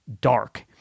dark